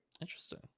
Interesting